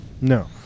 No